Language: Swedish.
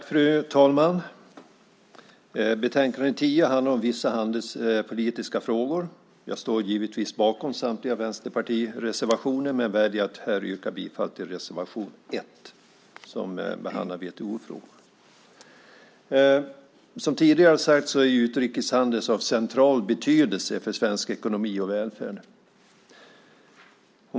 Fru talman! Betänkande 10 handlar om vissa handelspolitiska frågor. Jag står givetvis bakom samtliga Vänsterpartiets reservationer men väljer att här yrka bifall till reservation 1 som behandlar WTO-frågorna. Som tidigare har sagts är utrikeshandel av central betydelse för svensk ekonomi och välfärd.